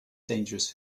dangerous